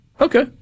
Okay